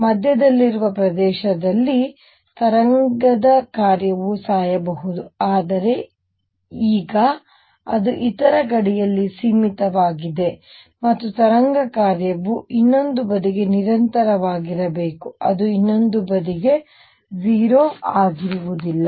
ಮಧ್ಯದಲ್ಲಿರುವ ಪ್ರದೇಶದಲ್ಲಿ ತರಂಗದ ಕಾರ್ಯವು ಸಾಯಬಹುದು ಆದರೆ ಈಗ ಅದು ಇತರ ಗಡಿಯಲ್ಲಿ ಸೀಮಿತವಾಗಿದೆ ಮತ್ತು ತರಂಗ ಕಾರ್ಯವು ಇನ್ನೊಂದು ಬದಿಗೆ ನಿರಂತರವಾಗಿರಬೇಕು ಅದು ಇನ್ನೊಂದು ಬದಿಗೆ 0 ಆಗಿರುವುದಿಲ್ಲ